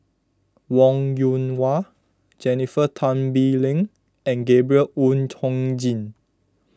Wong Yoon Wah Jennifer Tan Bee Leng and Gabriel Oon Chong Jin